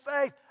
faith